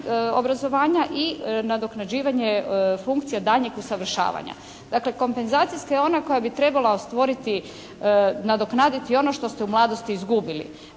i nadoknađivanje funkcija daljnjeg usavršavanja. Dakle, kompenzacijska je ona koja bi trebala stvoriti, nadoknaditi ono što ste u mladosti izgubili,